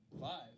Five